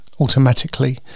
automatically